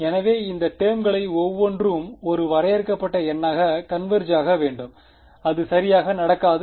எனவே அந்த டேர்ம்கள் ஒவ்வொன்றும் ஒரு வரையறுக்கப்பட்ட எண்ணாக கன்வெர்ஜ் ஆக வேண்டும் அது சரியாக நடக்காது